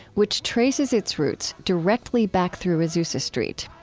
which traces its roots directly back through azusa street.